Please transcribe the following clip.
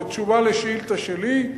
כתשובה על שאילתא שלי,